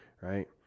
right